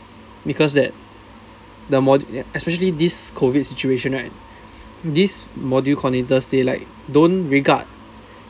because that the mod~ especially this COVID situation right this module coordinators they like don't regard